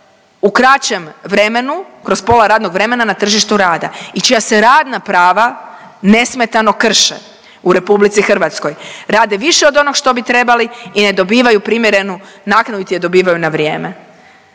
u kraćem vremenu, kroz pola radnog vremena na tržištu rada i čija se radna prava nesmetano krše u RH. Rade više od onog što bi trebali i ne dobivaju primjerenu naknadu, niti je dobivaju na vrijeme.